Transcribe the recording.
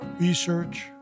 research